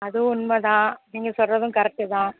அதுவும் உண்மைதான் நீங்கள் சொல்கிறதும் கரெட்டு தான்